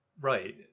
Right